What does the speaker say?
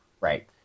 right